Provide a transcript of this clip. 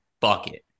bucket